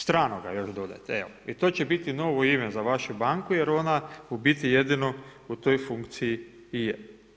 Stranoga još dodajte evo i to će biti novo ime za vašu banku, jer ona u biti jedino u toj funkciji i je.